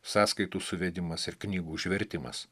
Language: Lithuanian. sąskaitų suvedimas ir knygų užvertimas